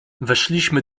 weszliśmy